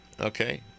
Okay